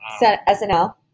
SNL